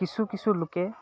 কিছু কিছু লোকে